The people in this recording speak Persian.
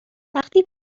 وقتی